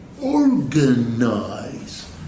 organize